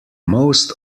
most